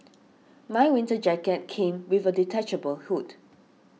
my winter jacket came with a detachable hood